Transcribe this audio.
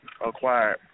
acquired